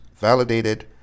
validated